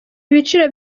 ibiciro